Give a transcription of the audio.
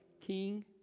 king